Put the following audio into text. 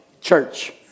church